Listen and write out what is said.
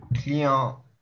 client